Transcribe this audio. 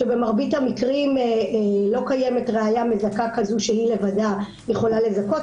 כשבמרבית המקרים לא קיימת ראיה מזכה כזאת שהיא לבדה יכולה לזכות,